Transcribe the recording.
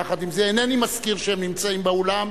יחד עם זה אינני מזכיר שהם נמצאים באולם,